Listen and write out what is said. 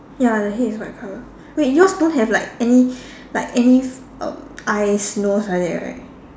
ya the head is white color wait yours don't have like any like any uh eyes nose like that right